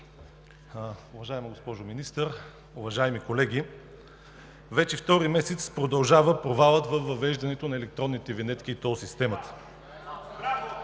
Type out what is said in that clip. Уважаеми господин Министър, уважаеми колеги! Вече втори месец продължава провалът при въвеждането на електронните винетки и тол системата.